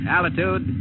Altitude